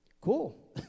Cool